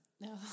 No